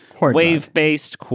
wave-based